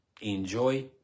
Enjoy